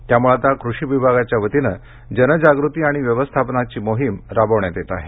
त्यामुळे आता कृषी विभागाच्या वतीने जनजागृती आणि व्यवस्थापनाची मोहिम राबविण्यात येत आहे